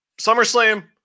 SummerSlam